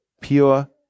pure